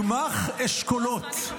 גמ"ח אשכולות.